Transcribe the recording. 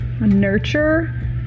nurture